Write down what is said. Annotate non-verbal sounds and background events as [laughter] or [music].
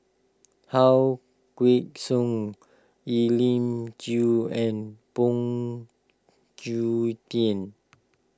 How Kway Song Elim Chew and Phoon [unintelligible] Tien